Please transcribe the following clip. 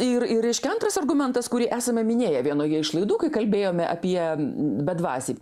ir ir reiškia antras argumentas kurį esame minėję vienoje iš laidų kai kalbėjome apie bedvasį